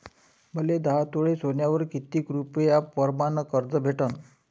मले दहा तोळे सोन्यावर कितीक रुपया प्रमाण कर्ज भेटन?